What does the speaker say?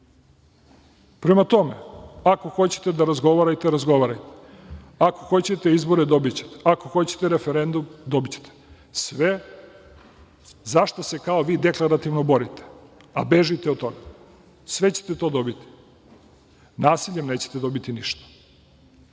prođe. Prema tome, ako hoćete da razgovarate, razgovarajmo. Ako hoćete izbore, dobićete. Ako hoćete referendum, dobićete. Sve za šta se kao vi deklarativno borite, a bežite od toga. Sve ćete to dobiti. Nasiljem nećete dobiti ništa. Molim